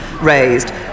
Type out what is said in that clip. raised